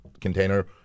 container